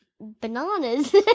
bananas